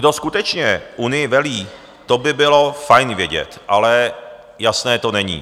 Kdo skutečně Unii velí, to by bylo fajn vědět, ale jasné to není.